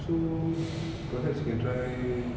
so perhaps we can try